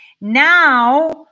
Now